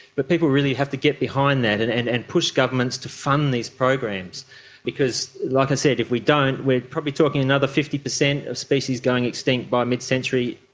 but people really have to get behind that and and and push governments to fund these programs because, like i said, if we don't we are probably talking another fifty percent of species going extinct by mid-century,